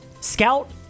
Scout